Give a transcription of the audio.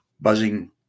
buzzing